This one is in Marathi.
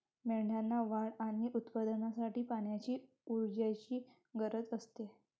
मेंढ्यांना वाढ आणि उत्पादनासाठी पाण्याची ऊर्जेची गरज असते